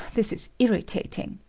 this is irritating!